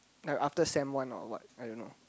like after sem one or what I don't know